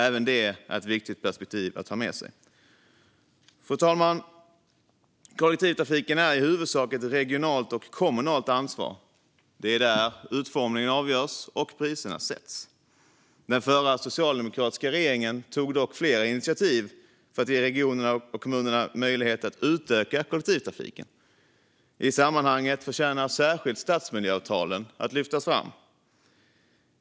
Även det är ett viktigt perspektiv att ha med sig. Fru talman! Kollektivtrafiken är i huvudsak ett regionalt och kommunalt ansvar. Det är där utformningen avgörs och priserna sätts. Den förra socialdemokratiska regeringen tog dock flera initiativ för att ge regionerna och kommunerna möjlighet att utöka kollektivtrafiken. I sammanhanget förtjänar särskilt stadsmiljöavtalen att lyftas fram.